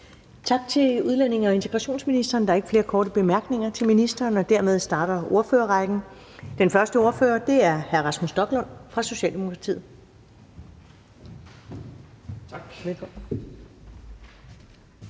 Tak til udlændinge- og integrationsministeren. Der er ikke flere korte bemærkninger til ministeren, og dermed starter ordførerrækken. Den første ordfører er hr. Rasmus Stoklund fra Socialdemokratiet. Velkommen.